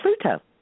Pluto